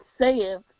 saith